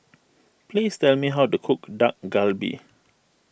please tell me how to cook Dak Galbi